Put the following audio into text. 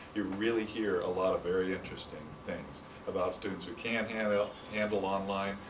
you really hear a lot of very interesting things about students who can't handle handle online,